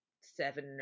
seven